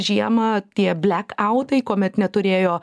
žiemą tie blekautai kuomet neturėjo